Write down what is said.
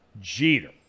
Jeter